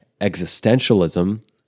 Existentialism